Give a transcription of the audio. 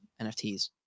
NFTs